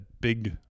big